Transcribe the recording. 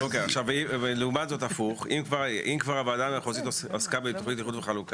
שום דבר לא משתנה בהיבטים האלה.